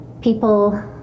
people